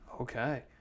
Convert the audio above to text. okay